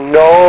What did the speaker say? no